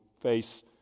face